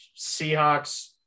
Seahawks